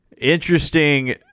interesting